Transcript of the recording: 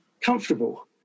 comfortable